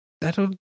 that'll